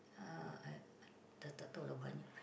uh I dah tak tahu lah banyak